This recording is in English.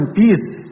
peace